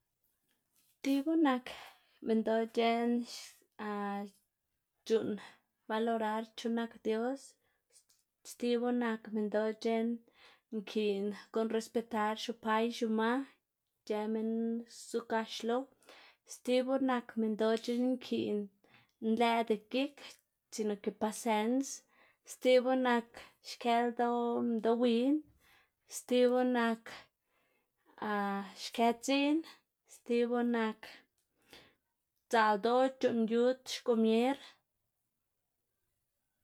tibu nak minndoꞌ c̲h̲eꞌn c̲h̲uꞌnn balorar chu nak dios, stibu nak minndoꞌ c̲h̲eꞌn nkiꞌn guꞌnn respetar xupa y xuma, ic̲h̲ë minn zugax lo, stibu nak minndoꞌ c̲h̲eꞌn nkiꞌn nlëꞌda gik sino ke pasens, stibu nak xkë ldoꞌ minndoꞌ win, stibu nak xkë dziꞌn, stibu nak dzaꞌl ldoꞌ c̲h̲uꞌnn yud xkomier.